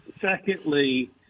Secondly